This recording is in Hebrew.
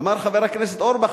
אמר חבר הכנסת אורבך,